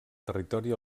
territori